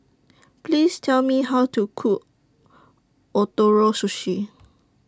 Please Tell Me How to Cook Ootoro Sushi